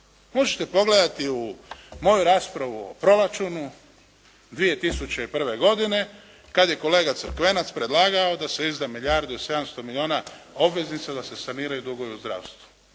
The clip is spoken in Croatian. Možete pogledati u mojoj raspravi o proračunu 2001. godine kada je kolega Crkvenac predlagao da se izda milijardu i 700 milijuna obveznica, da se saniraju dugovi u zdravstvu.